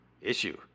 issue